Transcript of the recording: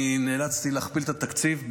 אני נאלצתי להכפיל את התקציב,